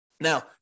Now